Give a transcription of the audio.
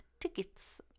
tickets